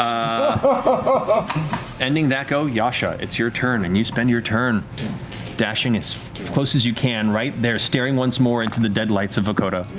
and ending that go, yasha, it's your turn, and you spend your turn dashing as close as you can, right there, staring once more into the dead lights of vokodo,